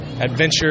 Adventure